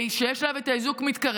שיש עליו את האיזוק מתקרב,